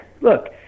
look